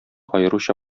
аеруча